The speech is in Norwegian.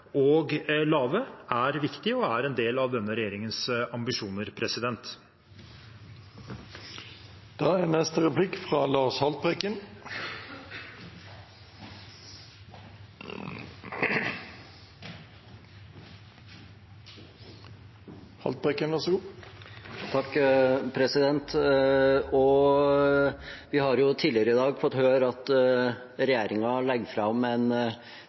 og lave, er viktig og er en del av denne regjeringens ambisjoner. Vi har tidligere i dag fått høre at regjeringen legger fram en tilleggsmelding til energimeldingen, og en av nyhetene har vi fått i form av at